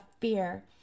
fear